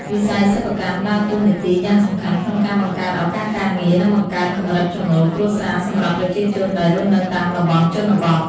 វិស័យសិប្បកម្មដើរតួនាទីយ៉ាងសំខាន់ក្នុងការបង្កើតឱកាសការងារ និងបង្កើនកម្រិតចំណូលគ្រួសារសម្រាប់ប្រជាជនដែលរស់នៅតាមតំបន់ជនបទ។